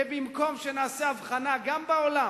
ובמקום שנעשה הבחנה גם בעולם